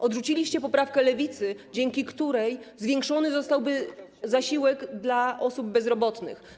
Odrzuciliście poprawkę Lewicy, dzięki której zwiększony zostałby zasiłek dla osób bezrobotnych.